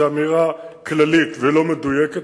זאת אמירה כללית ולא מדויקת,